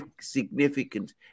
significant